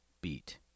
beat